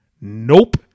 Nope